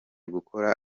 gukora